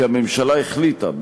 כי הממשלה החליטה,